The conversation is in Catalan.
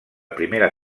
primera